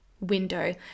window